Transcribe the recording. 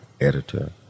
editor